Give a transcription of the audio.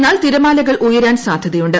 എന്നാൽ തിരമാലകൾ ഉയരാൻ സാധ്യതയുണ്ട്